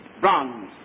bronze